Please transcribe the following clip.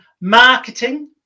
marketing